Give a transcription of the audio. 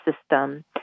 system